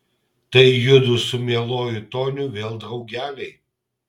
tai judu su mieluoju toniu vėl draugeliai